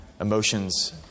emotions